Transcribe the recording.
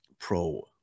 Pro